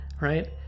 right